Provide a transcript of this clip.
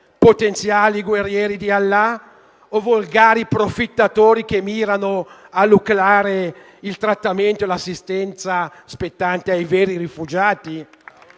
potenziali guerrieri di Allah o volgari profittatori, che mirano a lucrare il trattamento e l'assistenza spettante ai veri rifugiati?